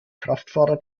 kraftfahrer